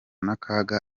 n’akaga